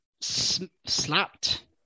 slapped